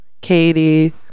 katie